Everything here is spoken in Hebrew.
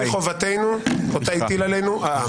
זאת חובתנו, אותה הטיל עלינו העם.